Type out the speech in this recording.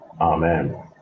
Amen